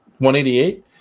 188